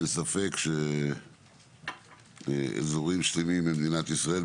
אין ספק שאזורים שלמים במדינת ישראל,